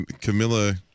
Camilla